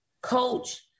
coach